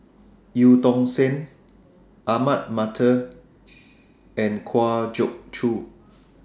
EU Tong Sen Ahmad Mattar and Kwa Geok Choo